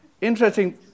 interesting